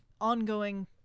ongoing